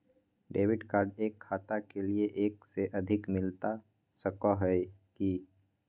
Debit card एक खाता के लिए एक से अधिक मिलता सको है की?